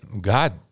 God